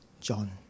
John